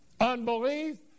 Unbelief